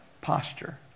posture